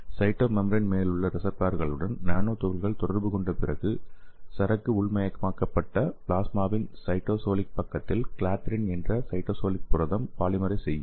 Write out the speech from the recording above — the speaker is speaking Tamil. சைட்டோமெம்பிரேன் மேலுள்ள ரிசெப்டார்களுடன் நானோ துகள்கள் தொடர்பு கொண்ட பிறகு சரக்கு உள்மயமாக்கப்பட்ட பிளாஸ்மாவின் சைட்டோசோலிக் பக்கத்தில் கிளாத்ரின் என்ற சைட்டோசோலிக் புரதம் பாலிமரைஸ் செய்யும்